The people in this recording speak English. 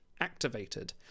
activated